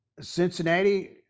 Cincinnati